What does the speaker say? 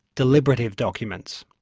deliberative documents.